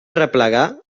arreplegar